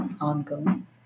Ongoing